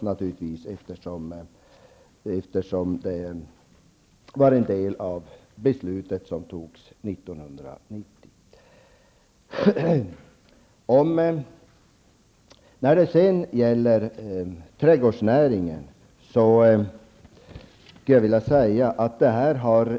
Det hade kommit att utbetalas, eftersom det var en del av det beslut som fattades 1990. När det gäller trädgårdsnäringen vill jag säga att det vi nu talar om